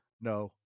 No